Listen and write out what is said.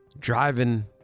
driving